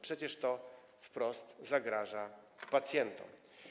Przecież to wprost zagraża pacjentom.